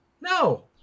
no